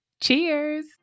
Cheers